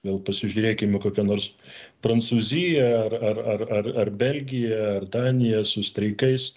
vėl pasižiūrėkim į kokią nors prancūziją ar ar ar ar ar belgiją ar daniją su streikais